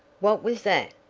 what was that?